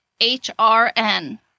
HRN